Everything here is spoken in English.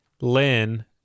Lynn